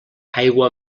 aigua